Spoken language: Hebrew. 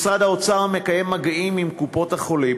משרד האוצר מקיים מגעים עם קופות-החולים